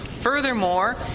Furthermore